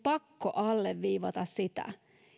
pakko alleviivata sitä